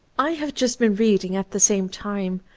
i have just been reading, at the same time,